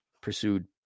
pursued